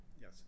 Yes